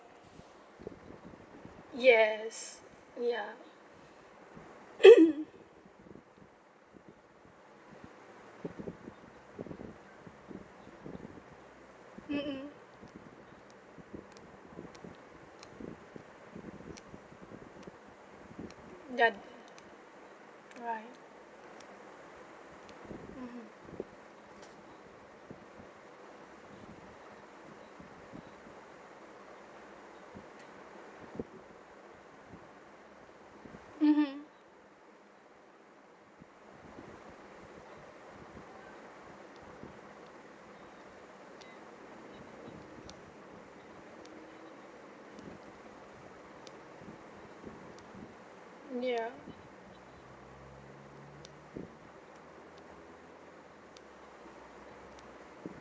yes ya mmhmm done right mmhmm mmhmm ya